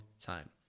time